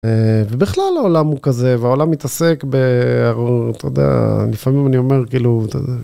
ובכלל העולם הוא כזה והעולם מתעסק ב... אתה יודע לפעמים אני אומר כאילו.